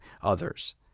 others